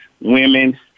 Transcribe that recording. women